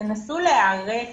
תנסו להיערך